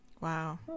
Wow